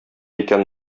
икән